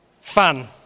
fun